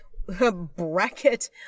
bracket